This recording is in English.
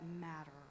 matter